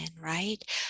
right